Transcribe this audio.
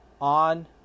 on